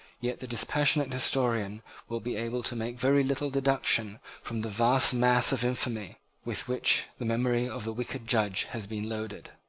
yet the dispassionate historian will be able to make very little deduction from the vast mass of infamy with which the memory of the wicked judge has been loaded.